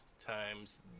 times